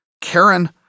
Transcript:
Karen